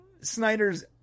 Snyder's